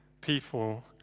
people